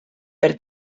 per